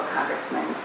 Congressman